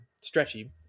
Stretchy